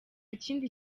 kindi